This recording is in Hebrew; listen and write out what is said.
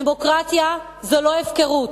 דמוקרטיה זה לא הפקרות.